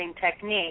technique